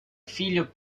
figlio